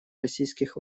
российских